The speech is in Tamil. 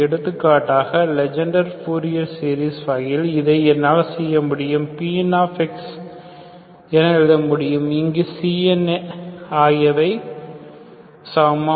எடுத்துக்காட்டாக லெஜெண்டர் பூரியர் சீரிஸ் வகையில் இதை என்னால் செய்ய முடியும் Pn எழுத முடியும் இங்கு Cns ஆகியவை சமம்